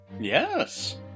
Yes